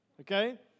Okay